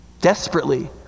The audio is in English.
desperately